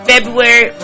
February